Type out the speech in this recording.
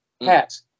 hats